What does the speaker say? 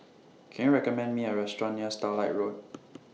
Can YOU recommend Me A Restaurant near Starlight Road